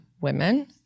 women